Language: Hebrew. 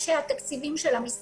אנשי התקציבים של המשרד,